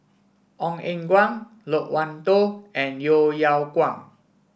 Ong Eng Guan Loke Wan Tho and Yeo Yeow Kwang